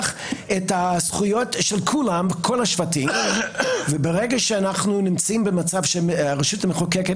את הזכויות של כולם וברגע שאנחנו נמצאים במצב שהרשות המחוקקת